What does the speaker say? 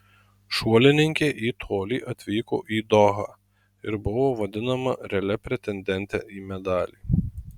šuolininkė į tolį atvyko į dohą ir buvo vadinama realia pretendente į medalį